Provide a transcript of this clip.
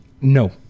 No